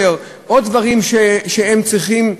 עוד דברים שהם צריכים,